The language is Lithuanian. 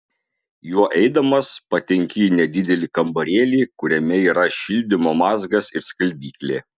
juo eidamas patenki į nedidelį kambarėlį kuriame yra šildymo mazgas ir skalbyklė